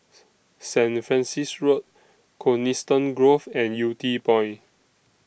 Saint Francis Road Coniston Grove and Yew Tee Point